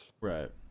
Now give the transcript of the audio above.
right